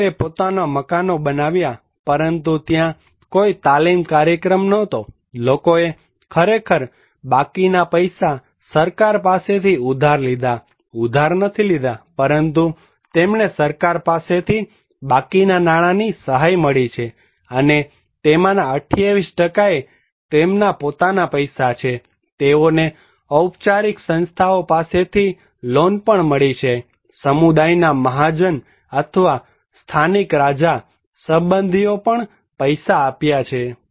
લોકોએ પોતાના મકાનો બનાવ્યા પરંતુ ત્યાં કોઈ તાલીમ કાર્યક્રમ નહોતો લોકોએ ખરેખર બાકીના પૈસા સરકાર પાસેથી ઉધાર લીધા ઉધાર નથી લીધા પરંતુ તેમને સરકાર પાસેથી બાકીના નાણાની સહાય મળી છે અને તેમાંના 28 એ તેમના પોતાના પૈસા છે તેઓને ઔપચારિક સંસ્થાઓ પાસેથી લોન પણ મળી છે સમુદાયના મહાજન અથવા સ્થાનિક રાજા સંબંધીઓએ પણ પૈસા આપ્યા છે